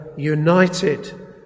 united